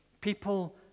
People